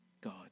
God